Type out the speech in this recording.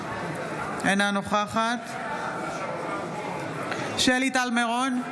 אינה נוכחת שלי טל מירון,